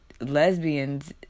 lesbians